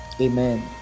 Amen